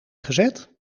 gezet